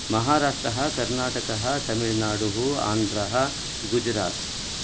महाराष्ट्रः कर्णाटकः तमिल्नाडु आन्ध्रः गुजरात्